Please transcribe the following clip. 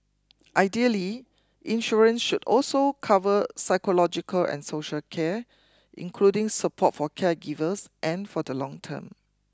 ideally insurance should also cover psychological and social care including support for caregivers and for the long term